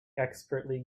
expertly